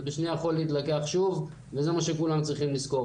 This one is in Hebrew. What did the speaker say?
זה בשנייה יכול להתלקח שוב וזה מה שכולם צריכים לזכור,